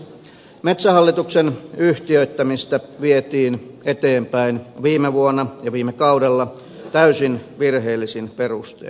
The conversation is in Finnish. metsähallituksen yhtiöittämistä vietiin eteenpäin viime vuonna ja viime kaudella täysin virheellisin perustein